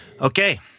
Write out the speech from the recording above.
Okay